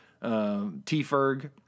T-Ferg